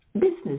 business